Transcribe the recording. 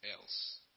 else